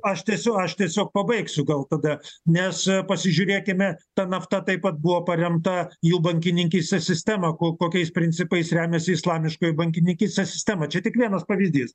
aš tiesiu aš tiesiog pabaigsiu gal tada nes pasižiūrėkime ta nafta taip pat buvo paremta jų bankininkystės sistema ku kokiais principais remiasi islamiškoji bankininkystė sistema čia tik vienas pavyzdys